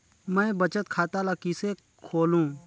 मैं बचत खाता ल किसे खोलूं?